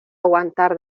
aguantar